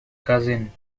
cousin